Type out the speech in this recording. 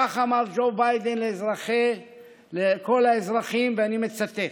כך אמר ג'ו ביידן לכל האזרחים, ואני מצטט: